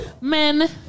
men